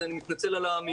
אז אני מתנצל על המהירות.